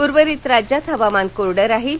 उर्वरित राज्यात हवामान कोरडं राहील